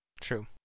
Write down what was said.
True